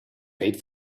paid